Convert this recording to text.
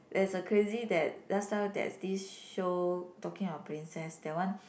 there's a crazy that last time there's this show talking about princess that one